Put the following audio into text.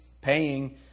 paying